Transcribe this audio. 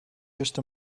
just